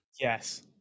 Yes